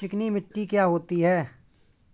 चिकनी मिट्टी क्या होती है?